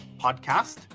podcast